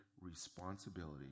responsibility